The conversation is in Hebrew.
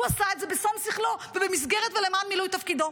הוא עשה את זה בשום שכלו ובמסגרת ולמען מילוי תפקידו.